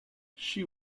she